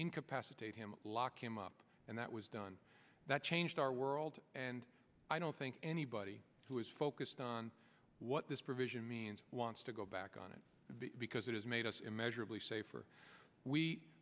incapacitate him lock him up and that was done that changed our world and i don't think anybody who is focused on what this provision means wants to go back on it because it has made us immeasurably safer we